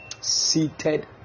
seated